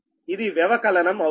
ఇది వ్యవకలనం అవుతుంది